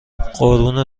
قربون